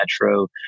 Metro